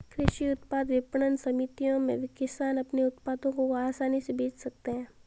कृषि उत्पाद विपणन समितियों में किसान अपने उत्पादों को आसानी से बेच सकते हैं